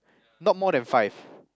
not more than five